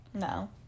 No